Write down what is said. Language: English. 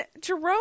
Jerome